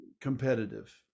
competitive